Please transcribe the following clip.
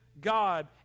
God